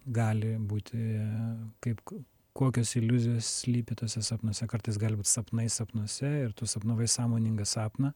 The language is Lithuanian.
gali būti kaip k kokios iliuzijos slypi tuose sapnuose kartais gali būt sapnai sapnuose ir tu sapnavai sąmoningą sapną